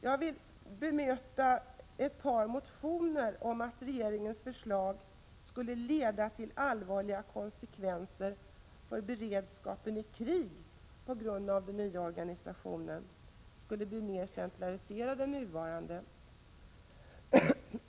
Jag vill bemöta ett par motioner om att regeringens förslag skulle leda till allvarliga konsekvenser för beredskapen i krig på grund av att den nya organisationen skulle bli mer centraliserad än den nuvarande.